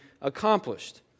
accomplished